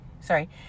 Sorry